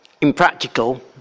impractical